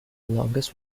longest